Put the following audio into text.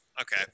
okay